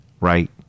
right